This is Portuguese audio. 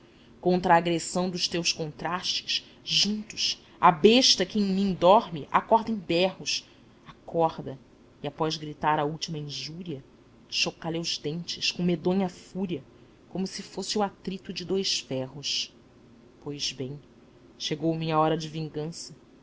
a agressão dos teus contrastes juntos a besta que em mim dorme acorda em berros acorda e após gritar a última injúria chocalha os dentes com medonha fúria como se fosso o atrito de dois ferros pois bem chegou minha hora de vingança